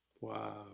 Wow